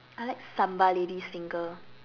I like sambal ladies finger